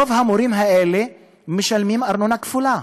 רוב המורים האלה משלמים ארנונה כפולה,